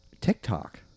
TikTok